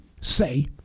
say